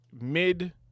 mid